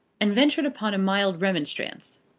and ventured upon a mild remonstrance.